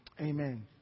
Amen